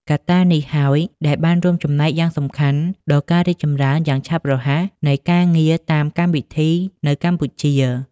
កត្តានេះហើយ ដែលបានរួមចំណែកយ៉ាងសំខាន់ដល់ការរីកចម្រើនយ៉ាងឆាប់រហ័សនៃការងារតាមកម្មវិធីនៅកម្ពុជា។